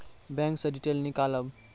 Bank से detail नीकालव?